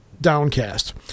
downcast